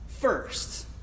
first